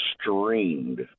streamed